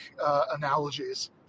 analogies